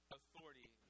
authority